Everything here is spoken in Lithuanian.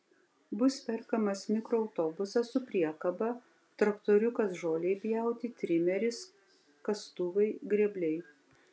bus perkamas mikroautobusas su priekaba traktoriukas žolei pjauti trimeris kastuvai grėbliai